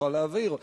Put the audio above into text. יוכל להבהיר,